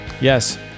Yes